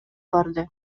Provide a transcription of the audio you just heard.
барды